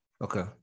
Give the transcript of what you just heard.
Okay